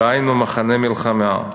דהיינו 'מחנה המלחמה',